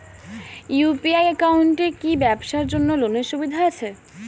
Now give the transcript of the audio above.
UPI একাউন্টে কি ব্যবসার জন্য লোনের সুবিধা আছে?